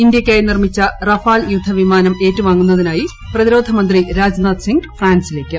ഇന്ത്യക്കായി നിർമ്മിച്ച റഫാൽ ്യൂദ്ധവിമാനം ഏറ്റുവാങ്ങുന്നതിനായി പ്രതിരോധ മന്ത്രി രാജ്നാഥ് സിംഗ് ഫ്രാൻസിലേയ്ക്ക്